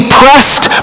pressed